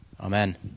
Amen